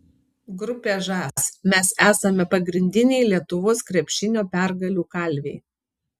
grupė žas mes esame pagrindiniai lietuvos krepšinio pergalių kalviai